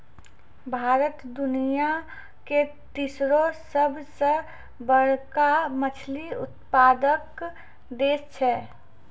भारत दुनिया के तेसरो सभ से बड़का मछली उत्पादक देश छै